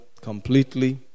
completely